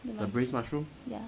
ya